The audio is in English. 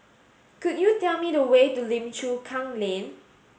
could you tell me the way to Lim Chu Kang Lane